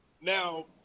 now